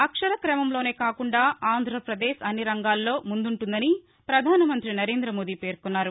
అక్షర క్రమంలోనే కాకుండా ఆంధ్రపదేశ్ అన్ని రంగాల్లో ముందుంటుందని పధానమంతి నరేంద్ర మోదీ పేర్కొన్నారు